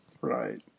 Right